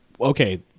okay